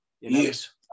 yes